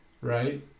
Right